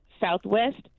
Southwest